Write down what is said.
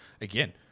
again